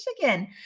Michigan